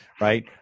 right